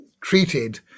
treated